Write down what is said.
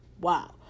wow